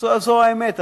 זו האמת.